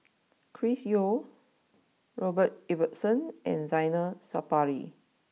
Chris Yeo Robert Ibbetson and Zainal Sapari